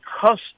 custom